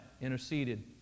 interceded